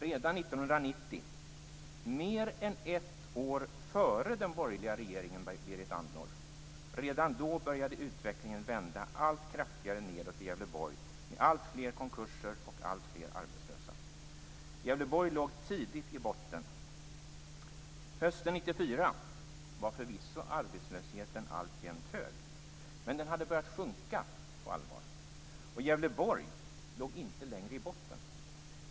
Redan 1990, mer än ett år innan den borgerliga regeringen, Berit Andnor, började utvecklingen vända allt kraftigare nedåt i Gävleborg med alltfler konkurser och alltfler arbetslösa. Gävleborg låg tidigt i botten. Hösten 1994 var förvisso arbetslösheten alltjämt hög, men den hade börjat sjunka på allvar, och Gävleborg låg inte längre i botten.